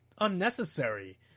unnecessary